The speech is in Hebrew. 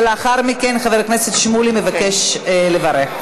ולאחר מכן חבר הכנסת שמולי מבקש לברך.